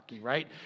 right